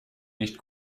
nicht